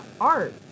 art